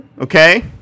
Okay